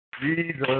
Jesus